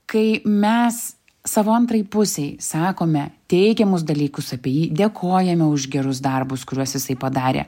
kai mes savo antrai pusei sakome teigiamus dalykus apie jį dėkojame už gerus darbus kuriuos jisai padarė